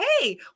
hey